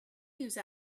use